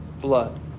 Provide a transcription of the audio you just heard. blood